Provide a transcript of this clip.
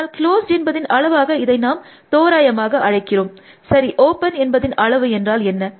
அதனால் க்ளோஸ்ட் என்பதின் அளவாக இதை நாம் தோராயமாக அழைக்கிறோம் சரி ஓப்பன் என்பதின் அளவு என்றால் என்ன